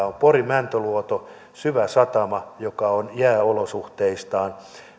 on porin mäntyluoto syväsatama joka on jääolosuhteissaan